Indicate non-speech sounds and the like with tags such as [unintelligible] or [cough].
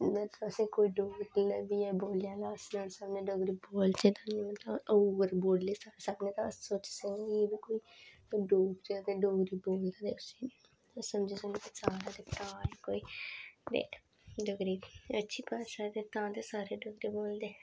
मतलब असें कोई डोगरी लब्भी बोलने आह्ला अस नुआढ़े सामनै डोगरी बोलचै ते [unintelligible] बोली सकने ते अस सोची सकने कि एह् बी कोई डोगरा ते डोगरी बोलदा ते उस्सी समझी सकने साढ़ा ते भ्रा ऐ कोई ते डोगरी अच्छी भाशा ऐ ते तां ते सारे डोगरी बोलदे